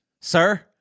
Sir